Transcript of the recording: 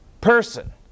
person